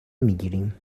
میگیریم